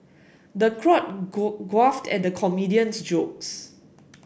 the crowd guffawed at the comedian's jokes